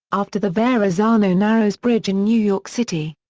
after the verrazano-narrows bridge in new york city.